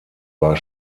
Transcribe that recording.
war